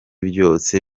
byose